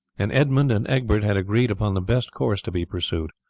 and edmund and egbert had agreed upon the best course to be pursued.